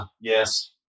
Yes